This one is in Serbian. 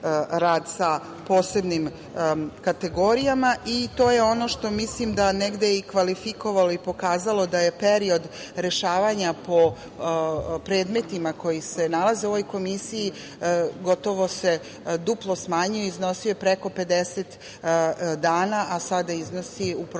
rad sa posebnim kategorijama i to je ono što mislim da je negde kvalifikovalo i pokazalo da je period rešavanja po predmetima koji se nalaze u ovoj Komisiji se gotovo duplo smanjio. Iznosio je preko 50 dana, a sada iznosi u proseku